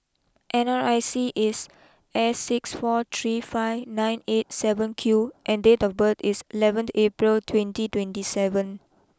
N R I C is S six four three five nine eight seven Q and date of birth is eleven April twenty twenty seven